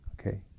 Okay